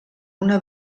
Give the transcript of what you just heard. una